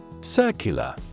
Circular